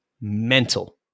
mental